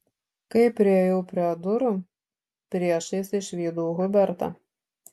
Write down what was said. kai priėjau prie durų priešais išvydau hubertą